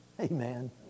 Amen